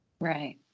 Right